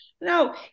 No